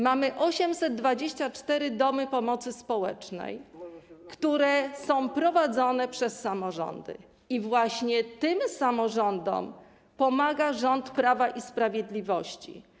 Mamy 824 domy pomocy społecznej, które są prowadzone przez samorządy i właśnie tym samorządom pomaga rząd Prawa i Sprawiedliwości.